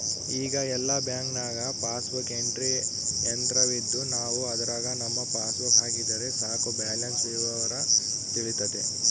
ಈಗ ಎಲ್ಲ ಬ್ಯಾಂಕ್ನಾಗ ಪಾಸ್ಬುಕ್ ಎಂಟ್ರಿ ಯಂತ್ರವಿದ್ದು ನಾವು ಅದರಾಗ ನಮ್ಮ ಪಾಸ್ಬುಕ್ ಹಾಕಿದರೆ ಸಾಕು ಬ್ಯಾಲೆನ್ಸ್ ವಿವರ ತಿಳಿತತೆ